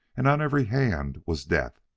and on every hand was death.